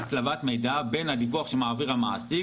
אפשרות הצלבת מידע בין הדיווח שמעביר המעסיק